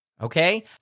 okay